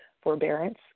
forbearance